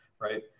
right